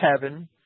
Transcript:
heaven